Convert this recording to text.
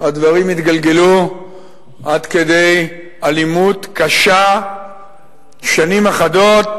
הדברים התגלגלו עד כדי אלימות קשה שנים אחדות,